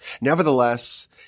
Nevertheless